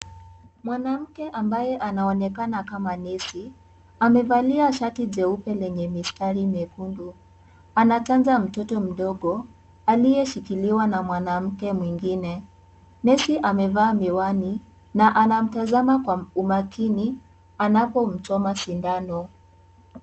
Mwanamke ambaye anaonekana kama nesi, amevalia shati jeupe lenye mistari mekundu, mtoto mdogo aliyeshikiliwa na mwanamke mwingine, nesi amevaa miwani na anamtazama Kwa umakini anapomchoma sindano.